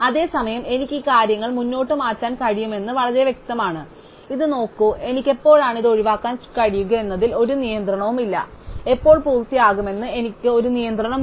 അതേസമയം എനിക്ക് ഈ കാര്യങ്ങൾ മുന്നോട്ട് മാറ്റാൻ കഴിയുമെന്ന് വളരെ വ്യക്തമാണ് ഇത് നോക്കൂ എനിക്ക് എപ്പോഴാണ് ഇത് ഒഴിവാക്കാൻ കഴിയുക എന്നതിൽ ഒരു നിയന്ത്രണവുമില്ല എപ്പോൾ പൂർത്തിയാകുമെന്ന് എനിക്ക് ഒരു നിയന്ത്രണമുണ്ട്